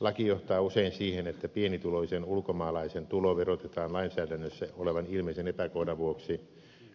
laki johtaa usein siihen että pienituloisen ulkomaalaisen tulo verotetaan lainsäädännössä olevan ilmeisen epäkohdan vuoksi